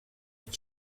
icyo